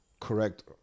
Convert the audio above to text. correct